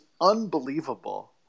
unbelievable